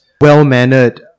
well-mannered